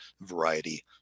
variety